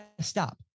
stop